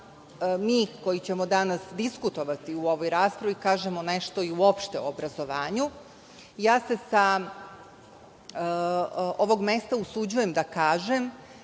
mi, koji ćemo danas diskutovati u ovoj raspravi, kažemo nešto i uopšte o obrazovanju. Ja se sa ovog mesta usuđujem da kažem